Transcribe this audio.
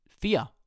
fear